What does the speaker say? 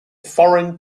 foreign